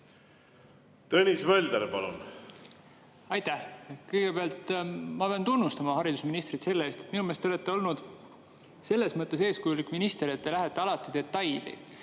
Tõnis Mölder, palun! Aitäh! Kõigepealt ma pean tunnustama haridusministrit selle eest, et minu meelest te olete olnud selles mõttes eeskujulik minister, et te lähete alati detailidesse